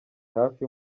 hafi